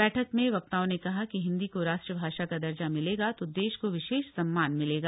बठक में वक्ताओं ने कहा कि हिंदी क राष्ट्रभाषा का दर्जा मिलेगा त देश क विशेष सम्मान मिलेगा